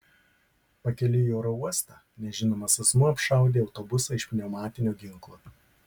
pakeliui į oro uostą nežinomas asmuo apšaudė autobusą iš pneumatinio ginklo